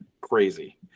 crazy